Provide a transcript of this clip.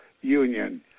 union